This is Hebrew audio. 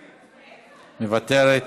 מוותרת.